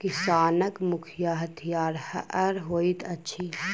किसानक मुख्य हथियार हअर होइत अछि